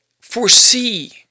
foresee